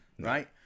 right